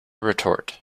retort